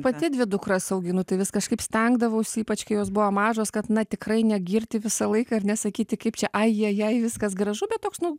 pati dvi dukras auginu tai vis kažkaip stengdavausi ypač kai jos buvo mažos kad na tikrai negirti visą laiką ir nesakyti kaip čia ajajai viskas gražu bet toks nu